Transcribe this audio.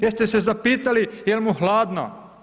Jeste se zapitali jel mu hladno?